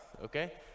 okay